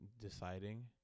deciding